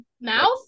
mouth